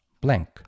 blank